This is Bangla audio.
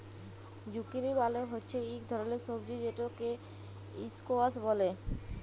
জুকিলি মালে হচ্যে ইক ধরলের সবজি যেটকে ইসকোয়াস ব্যলে